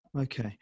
Okay